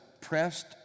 pressed